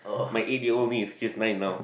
my eight year old niece she's nine now